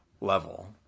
level